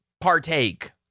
partake